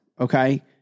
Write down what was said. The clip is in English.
okay